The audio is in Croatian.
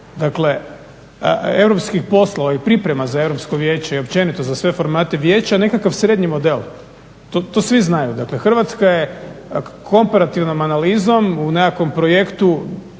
model europskih poslova i priprema za europsko vijeće i općenito za sve formate vijeća nekakav srednji model. To svi znaju, dakle, Hrvatska je komparativnom analizom u nekakvom projektu